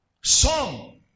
Song